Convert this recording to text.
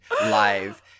live